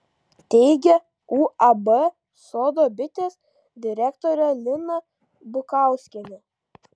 teigia uab sodo bitės direktorė lina bukauskienė